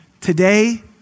Today